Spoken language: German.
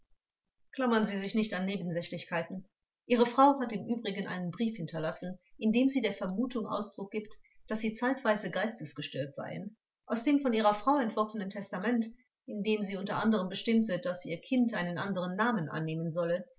klammern sie sich nicht an nebensächlichkeiten ihre frau hat im übrigen einen brief hinterlassen in dem sie der vermutung ausdruck gibt daß sie zeitweise geistesgestört seien aus dem von ihrer frau entworfenen testament in dem sie u a bestimmte daß ihr kind einen anderen namen annehmen solle